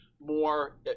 more